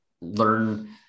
learn